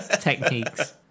Techniques